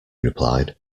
replied